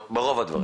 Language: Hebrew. ברוב הדברים.